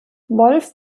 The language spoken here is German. wolf